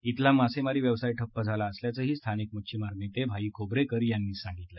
इथला मासेमारी व्यवसाय ठप्प झाला असल्याचंही स्थानिक मच्छीमार नेते भाई खोबरेकर यांनी सांगितलं